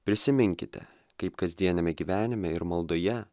prisiminkite kaip kasdieniame gyvenime ir maldoje